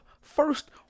first